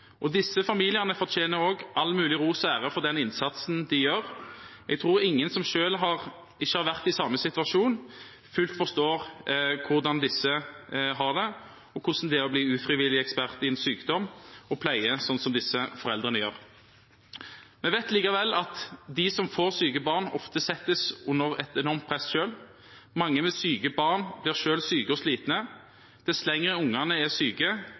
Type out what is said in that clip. omsorg. Disse familiene fortjener all mulig ros og ære for den innsatsen de gjør. Jeg tror ingen som ikke selv har vært i samme situasjon, fullt ut forstår hvordan disse har det, og hvordan det er å bli ufrivillig ekspert på sykdom og pleie, slik som disse foreldrene blir. Vi vet likevel at de som får syke barn, ofte settes under et enormt press selv. Mange med syke barn blir selv syke og slitne. Dess lenger ungene er syke,